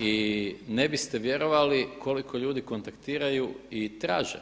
i ne biste vjerovali koliko ljudi kontaktiraju i traže.